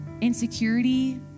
insecurity